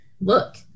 look